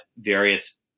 various